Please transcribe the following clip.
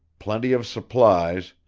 plenty of supplies,